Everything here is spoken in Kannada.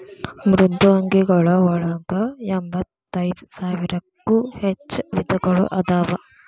ಮೃದ್ವಂಗಿಗಳ ಒಳಗ ಎಂಬತ್ತೈದ ಸಾವಿರಕ್ಕೂ ಹೆಚ್ಚ ವಿಧಗಳು ಅದಾವ